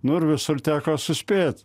nu ir visur teko suspėt